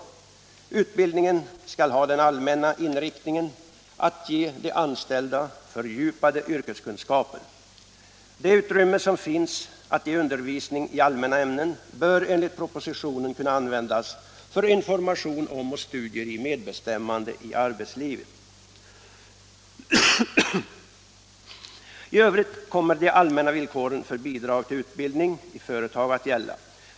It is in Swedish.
Utbildningen skall ha den allmänna inriktningen att ge de anställda fördjupade yrkeskunskaper. Det utrymme som finns att ge undervisning i allmänna ämnen bör enligt propositionen användas för information om och studier i medbestämmande i arbetslivet. I övrigt kommer de allmänna villkoren för bidrag till utbildning i företag att gälla.